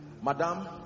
Madam